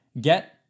get